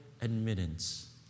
admittance